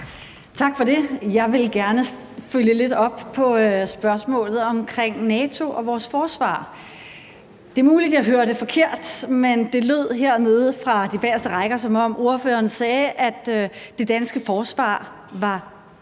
Tak for det. Jeg vil gerne følge lidt op på spørgsmålet omkring NATO og vores forsvar. Det er muligt, at jeg hørte forkert, men det lød hernede fra de bagerste rækker, som om ordføreren sagde, at det danske forsvar var